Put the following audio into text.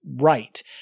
right